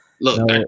Look